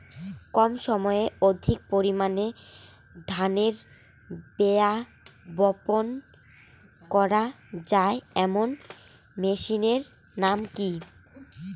কম সময়ে অধিক পরিমাণে ধানের রোয়া বপন করা য়ায় এমন মেশিনের নাম কি?